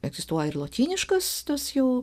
egzistuoja ir lotyniškas tas jau